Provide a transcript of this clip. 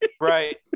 Right